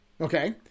Okay